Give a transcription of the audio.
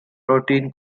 protein